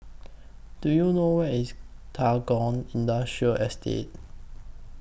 Do YOU know Where IS Tagore Industrial Estate